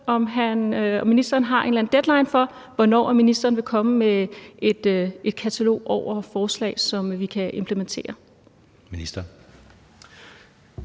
en eller anden deadline for, hvornår han vil komme med et katalog over forslag, som vi kan implementere.